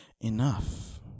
enough